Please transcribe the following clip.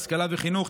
השכלה וחינוך,